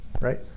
Right